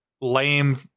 lame